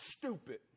stupid